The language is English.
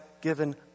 given